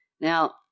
Now